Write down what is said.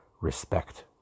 respect